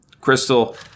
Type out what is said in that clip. Crystal